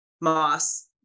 Moss